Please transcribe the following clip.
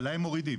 אבל להם מורידים.